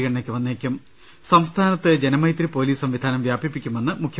ഗണനയ്ക്കുവന്നേക്കും സംസ്ഥാനത്ത് ജനമൈത്രി പൊലീസ് സംവിധാനം വ്യാപിപ്പിക്കുമെന്ന് മുഖ്യ